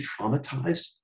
traumatized